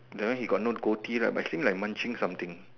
that one he got no gold T right but see like he munching something